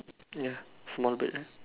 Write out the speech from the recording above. ya small bird ah